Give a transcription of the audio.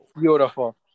Beautiful